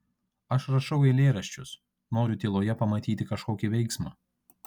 aš rašau eilėraščius noriu tyloje pamatyti kažkokį veiksmą